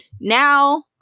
now